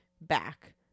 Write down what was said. back